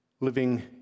living